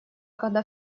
когда